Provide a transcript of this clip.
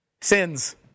Sins